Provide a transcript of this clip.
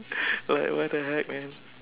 like what the heck man